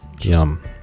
yum